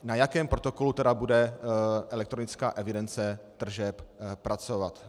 Na jakém protokolu tedy bude elektronická evidence tržeb pracovat?